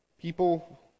People